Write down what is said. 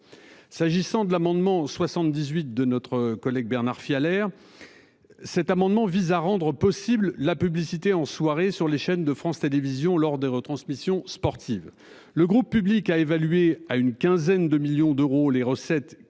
S'agissant de l'amendement 78 de notre collègue Bernard filles à l'air. Cet amendement vise à rendre possible la publicité en soirée sur les chaînes de France Télévisions lors des retransmissions sportives. Le groupe public a évalué à une quinzaine de millions d'euros les recettes que pourraient